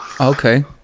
Okay